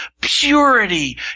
purity